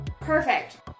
Perfect